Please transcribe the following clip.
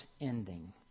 ending